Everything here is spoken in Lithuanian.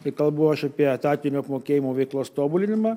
tai kalbu aš apie etatinio apmokėjimo veiklos tobulinimą